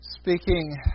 Speaking